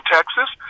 Texas